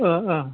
ओ ओ